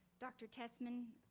dr. tessman,